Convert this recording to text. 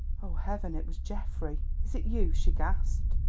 oh, heaven, it was geoffrey! is it you? she gasped.